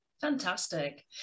Fantastic